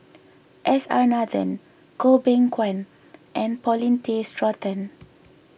S R Nathan Goh Beng Kwan and Paulin Tay Straughan